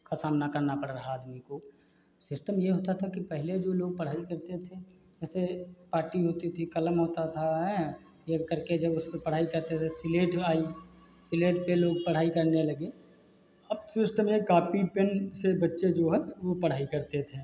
का सामना करना पड़ रहा आदमी को सिस्टम ये होता था कि पहले जो लोग पढ़ाई करते थे वैसे पाटी होती थी कलम होता था ये करके जब उसपे पढ़ाई करते थे सिलेट आई सिलेट पे लोग पढ़ाई करने लगे अब सिस्टम है कापी पेन से बच्चे जो है वो पढ़ाई करते थे